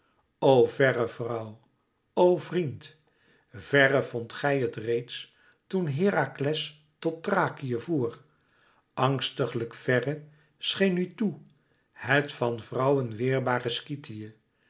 verre vrouw o vriend vèrre vondt gij het reeds toen herakles tot thrakië voer angstiglijk verre scheen u toe het van vrouwen